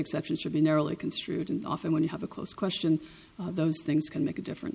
exceptions should be narrowly construed and often when you have a close question those things can make a differen